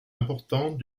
importantes